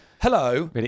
hello